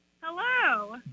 hello